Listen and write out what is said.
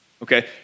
Okay